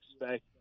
expect